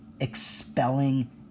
expelling